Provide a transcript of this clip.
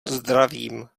zdravím